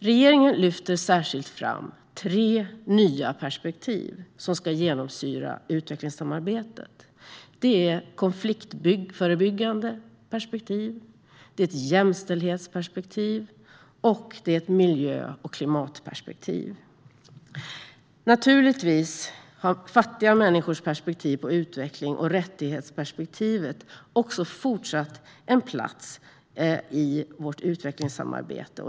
Regeringen lyfter särskilt fram tre nya perspektiv som ska genomsyra utvecklingssamarbetet. Det är ett konfliktförebyggande perspektiv, ett jämställdhetsperspektiv och ett miljö och klimatperspektiv. Naturligtvis har fattiga människors perspektiv på utveckling samt rättighetsperspektivet fortsatt plats i vårt utvecklingssamarbete.